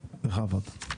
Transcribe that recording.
בכבוד.